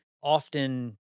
often